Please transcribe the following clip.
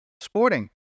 sporting